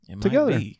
Together